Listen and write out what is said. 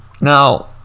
Now